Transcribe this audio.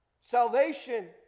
Salvation